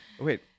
wait